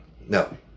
No